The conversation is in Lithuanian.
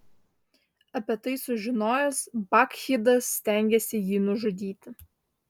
apie tai sužinojęs bakchidas stengėsi jį nužudyti